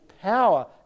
power